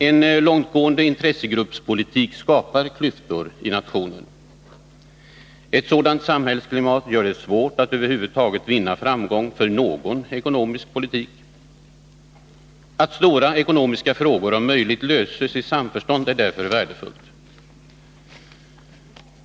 En långtgående intressegruppspolitik skapar klyftor i nationen. Ett sådant samhällsklimat gör det svårt att över huvud taget vinna framgång för någon ekonomisk politik. Att stora ekonomiska frågor om möjligt löses i samförstånd är därför värdefullt.